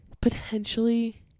potentially